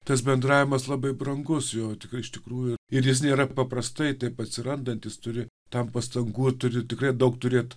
tas bendravimas labai brangus jo tikiu iš tikrųjų ir jis nėra paprastai taip atsirandantis turi tam pastangų turi tikrai daug turėt